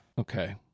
okay